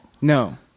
no